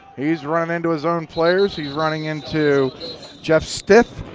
he's running into his own players. he's running into jeff stiff,